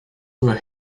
were